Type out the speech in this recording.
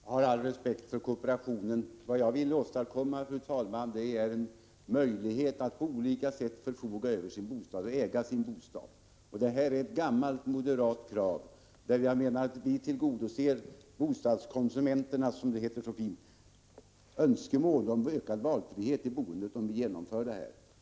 Fru talman! Jag har all respekt för kooperationen. Vad jag vill åstadkomma, fru talman, är att man på olika sätt skall få förfoga över och äga sin bostad. Det är ett gammalt moderat krav. Jag menar att vi tillgodoser bostadskonsumenternas, som det så fint heter, önskemål om ökad valfrihet i boendet om vi genomför detta.